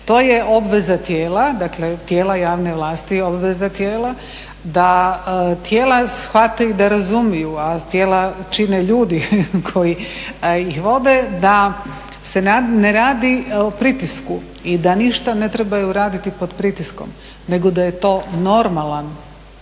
To je obveza tijela, dakle tijela javne vlasti obveza tijela da tijela shvate i da razumiju, a tijela čine ljudi koji ih vode da se ne radi o pritisku i da ništa ne trebaju raditi pod pritiskom nego da je to normalan